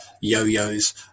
yo-yos